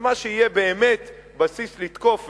במה שיהיה באמת בסיס לתקוף,